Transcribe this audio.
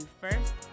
First